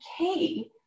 okay